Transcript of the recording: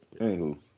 anywho